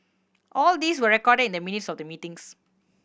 all these were recorded in the minutes of the meetings